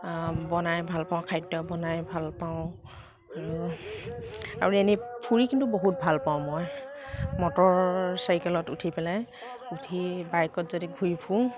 বনাই ভালপাওঁ খাদ্য বনাই ভালপাওঁ আৰু আৰু এনেই ফুৰি কিন্তু বহুত ভালপাওঁ মই মটৰ চাইকেলত উঠি পেলাই উঠি বাইকত যদি ঘূৰি ফুৰো